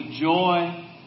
joy